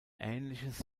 ähnliches